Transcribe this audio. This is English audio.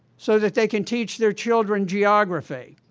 so that they can teach their children geography?